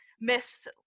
miss